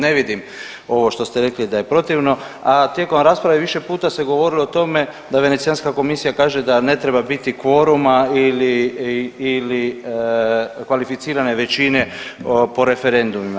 Ne vidim ovo što ste rekli da je protivno, a tijekom rasprave više puta se govorilo o tome da Venecijanska komisija kaže da ne treba biti kvoruma ili kvalificirane većine po referendumima.